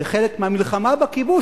וחלק מהמלחמה בכיבוש,